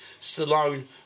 Stallone